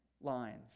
lines